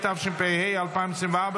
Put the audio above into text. התשפ"ה 2024,